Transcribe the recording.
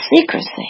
secrecy